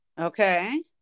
Okay